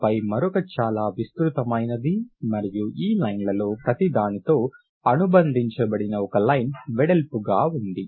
ఆపై మరొక చాలా విస్తృతమైనది మరియు ఈ లైన్లలో ప్రతి దానితో అనుబంధించబడిన ఒక లైన్ వెడల్పుగా ఉంది